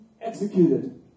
executed